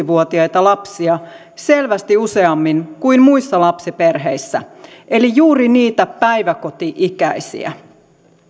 vuotiaita lapsia selvästi useammin kuin muissa lapsiperheissä eli juuri niitä päiväkoti ikäisiä